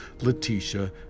Letitia